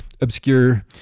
obscure